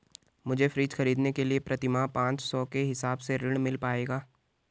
मुझे फ्रीज खरीदने के लिए प्रति माह पाँच सौ के हिसाब से ऋण मिल पाएगा?